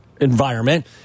environment